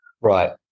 Right